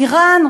איראן,